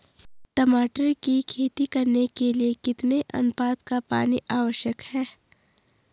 टमाटर की खेती करने के लिए कितने अनुपात का पानी आवश्यक है?